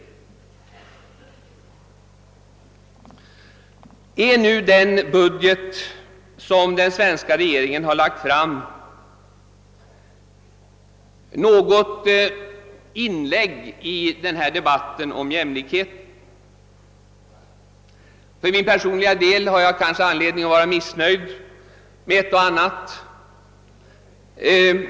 Är nu den budget som den svenska regeringen har lagt fram något inlägg i denna debatt om jämlikheten? För min personliga del har jag kanske anledning att vara missnöjd med ett och annat.